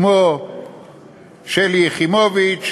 כמו שלי יחימוביץ,